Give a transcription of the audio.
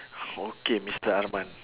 okay mister arman